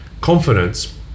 confidence